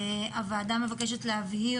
הוועדה מבקשת להבהיר,